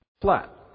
Flat